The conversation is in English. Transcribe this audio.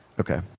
Okay